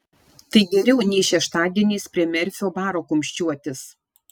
tai geriau nei šeštadieniais prie merfio baro kumščiuotis